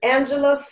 Angela